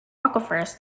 aquifers